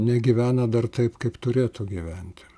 negyvena dar taip kaip turėtų gyventi